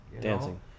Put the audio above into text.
Dancing